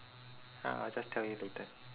ah I'll just tell you later